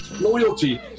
Loyalty